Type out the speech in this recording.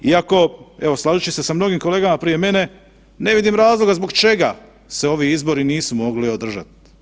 I ako, evo slažući se sa mnogim kolegama prije mene, ne vidim razloga zbog čega se ovi izbori nisu mogli održati.